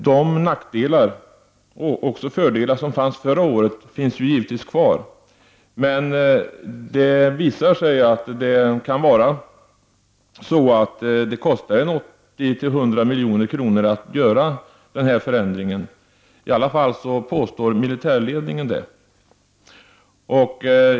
De nackdelar och fördelar som fanns förra året finns givetvis kvar, men det visar sig att det kan kosta 80-100 milj.kr. att göra förändringen. I varje fall påstår militärledningen det.